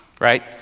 right